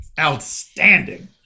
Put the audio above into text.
outstanding